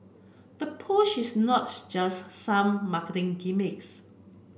the push is not just some marketing gimmicks